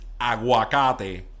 aguacate